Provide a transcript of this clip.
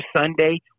Sunday